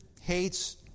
hates